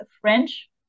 French